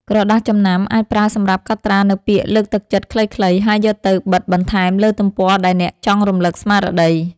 ក្រដាសចំណាំ អាចប្រើសម្រាប់កត់ត្រានូវពាក្យលើកទឹកចិត្តខ្លីៗ ហើយយកទៅបិទបន្ថែមលើទំព័រដែលអ្នកចង់រំលឹកស្មារតី។